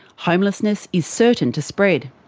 homelessness is certain to spread.